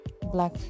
black